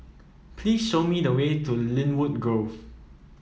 please show me the way to Lynwood Grove